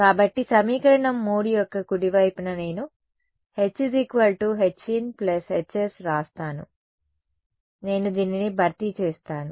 కాబట్టి సమీకరణం 3 యొక్క కుడి వైపున నేను H H in Hs వ్రాస్తాను నేను దీనిని భర్తీ చేస్తాను